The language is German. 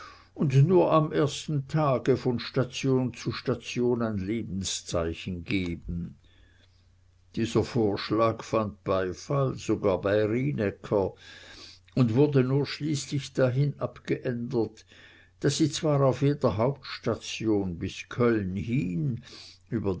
und nur am ersten tage von station zu station ein lebenszeichen geben dieser vorschlag fand beifall sogar bei rienäcker und wurde nur schließlich dahin abgeändert daß sie zwar auf jeder hauptstation bis köln hin über